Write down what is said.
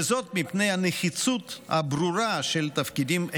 וזאת מפני הנחיצות הברורה של תפקידים אלו.